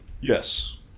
Yes